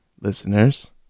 listeners